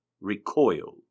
recoil